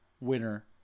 winner